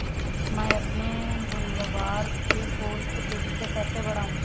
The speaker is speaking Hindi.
मैं अपने गुलवहार के फूल को तेजी से कैसे बढाऊं?